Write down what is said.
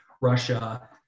Russia